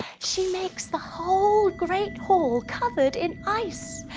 she makes the whole great hall covered in ice.